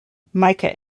mica